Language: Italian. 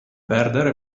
perdere